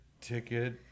ticket